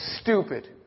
stupid